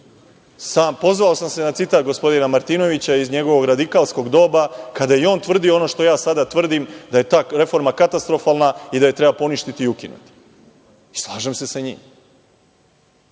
sam se na citat gospodina Martinovića iz njegovog radikalskog doba kada je i on tvrdio ono što ja sada tvrdim da je ta reforma katastrofalna i da je treba poništiti i ukinuti. I slažem se sa njim. Da